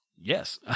yes